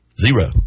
Zero